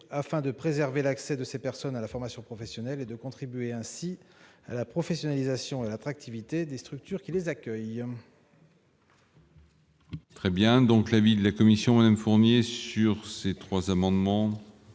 afin de préserver l'accès de ces personnes à la formation professionnelle et de contribuer ainsi à la professionnalisation et à l'attractivité des structures qui les accueillent.